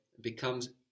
Becomes